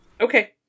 okay